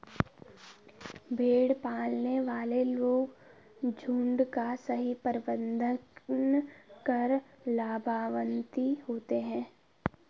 भेड़ पालने वाले लोग झुंड का सही प्रबंधन कर लाभान्वित होते हैं